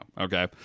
Okay